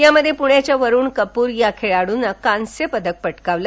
यामध्ये प्ण्याच्या वरुण कप्र या खेळाड्नं कांस्यपदक पटकावलं